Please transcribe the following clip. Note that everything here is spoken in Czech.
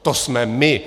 To jsme my.